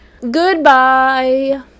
goodbye